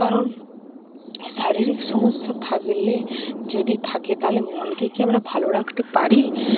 কারণ শারীরিক সমস্যা থাকলে যদি থাকে তাহলে মনকে কি আমরা ভালো রাখতে পারি